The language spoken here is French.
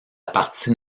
partie